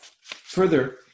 Further